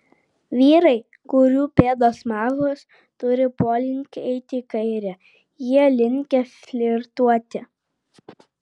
vyrai kurių pėdos mažos turi polinkį eiti į kairę jie linkę flirtuoti